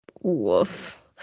Woof